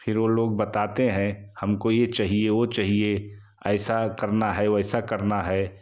फिर वो लोग बताते हैं हमको ये चाहिए वो चाहिए ऐसा करना है वैसा करना है